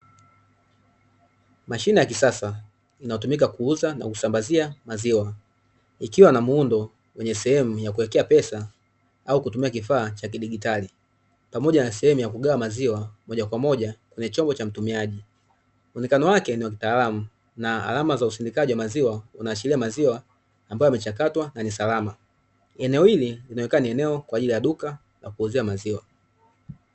Mashine ya kisasa inayotumika kuuza na kusambazia maziwa ikiwa na muundo wenye sehemu ya kuwekea pesa au kutumia kifaa cha kidigitali pamoja na sehemu ya kugawa maziwa moja kwa moja kwenye chombo cha mtumiaji, muonekano wake niwa kitaalamu na alama za usindikaji wa maziwa unaashiria maziwa ambayo yamechakatwa na ni salama, eneo hili linaonekana ni eneo kwa ajili ya duka la kuuzia maziwa.